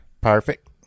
perfect